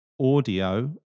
audio